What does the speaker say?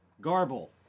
garble